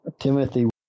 Timothy